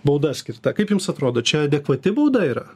bauda skirta kaip jums atrodo čia adekvati bauda yra